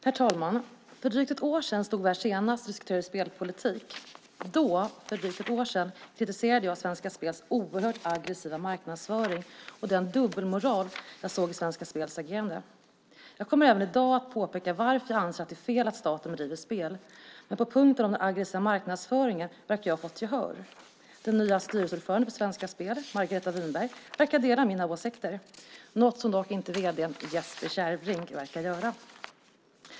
Herr talman! För drygt ett år sedan stod vi här senast och diskuterade spelpolitik. Då, för drygt ett år sedan, kritiserade jag Svenska Spels oerhört aggressiva marknadsföring och den dubbelmoral jag såg i Svenska Spels agerande. Jag kommer även i dag att påpeka varför jag anser att det är fel att staten driver spel, men på punkten om den aggressiva marknadsföringen verkar jag ha fått gehör. Den nya styrelseordföranden för Svenska Spel, Margareta Winberg, verkar dela mina åsikter - något som dock inte vd Jesper Kärrbrink verkar göra.